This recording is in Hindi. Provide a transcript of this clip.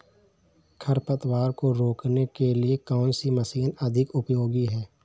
खरपतवार को रोकने के लिए कौन सी मशीन अधिक उपयोगी है?